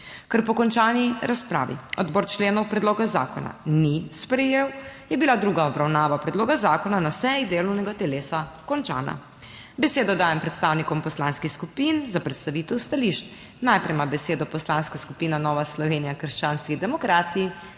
Ker po končani razpravi odbor členov predloga zakona ni sprejel, je bila druga obravnava predloga zakona na seji delovnega telesa končana. Besedo dajem predstavnikom poslanskih skupin za predstavitev stališč. Najprej ima besedo Poslanska skupina Nova Slovenija - krščanski demokrati.